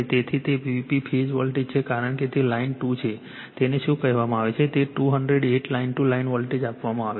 તેથી તે VP phase voltage છે કારણ કે તે લાઇન 2 છે તેને શું કહેવામાં આવે છે તે 208 લાઇન ટુ લાઇન વોલ્ટેજ આપવામાં આવે છે